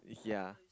ya